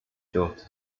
shorter